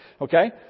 Okay